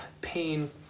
pain